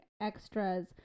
extras